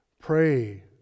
pray